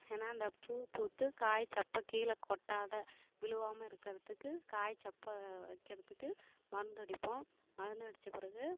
ஏன்னா அந்த பூ பூத்து காய் சப்ப கீழே கொட்டாத விழுவாம இருக்கிறதுக்கு காய் சப்பை வைக்கிறதுக்கு மருந்தடிப்போம் மருந்தடிச்சி பிறகு